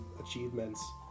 achievements